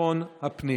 ביטחון הפנים.